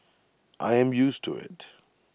I am used to IT